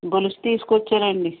గొలుసు తీసుకొచ్చానండి